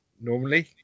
normally